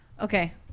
Okay